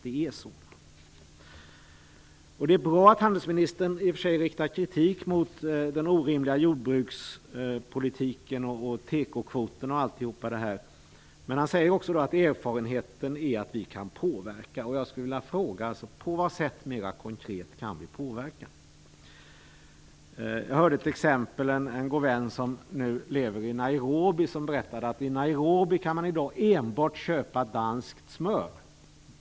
Det är i och för sig bra att handelsministern riktar kritik mot den orimliga jordbrukspolitiken, tekokvoten och allt det, men han säger också att erfarenheten är att vi kan påverka. Jag skulle vilja fråga: På vad sätt kan vi mer konkret påverka? Jag hörde ett exempel av en god vän som nu lever i Nairobi. Han berättade att i Nairobi kan man i dag enbart köpa danskt smör.